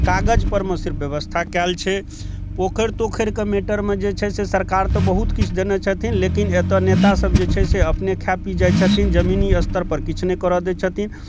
कागज़ परमे सिर्फ ब्यबस्था कयल छै पोखरि तोखैरके मैटरमे जे छै से सरकार तऽ बहुत किछु देने छथिन लेकिन एतऽ सब जे छै से अपने खा पी जाइ छथिन जमीनी स्तर पर किछु नहि करऽ दै छथिन